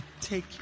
take